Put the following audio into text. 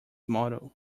model